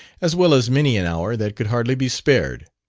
as well as many an hour that could hardly be spared.